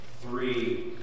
three